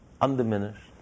undiminished